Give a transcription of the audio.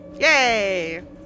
Yay